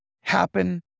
happen